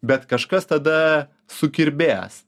bet kažkas tada sukirbės